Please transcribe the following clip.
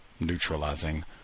neutralizing